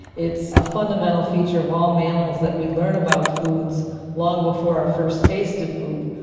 it's a fundamental feature of all mammals that we learn about foods long before our first taste of food.